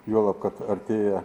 juolab kad artėja